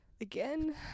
Again